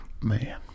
Man